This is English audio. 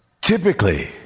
Typically